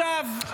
מה חרב עולמם?